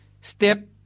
Step